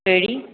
वेड़ी